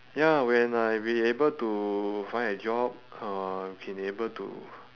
ya when I be able to find a job uh we can able to